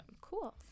Cool